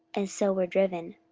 and so were driven.